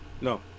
No